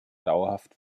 dauerhaft